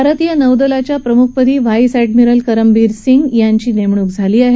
भारतीय नौदलाच्या प्रमुखपदी व्हाईस एडमिरल करमबीर सिंग यांची नेमणूक झाली आहे